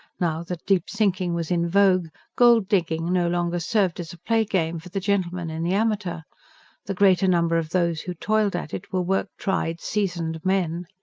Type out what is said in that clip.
now that deep sinking was in vogue, gold-digging no longer served as a play-game for the gentleman and the amateur the greater number of those who toiled at it were work-tried, seasoned men.